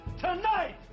tonight